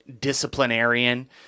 disciplinarian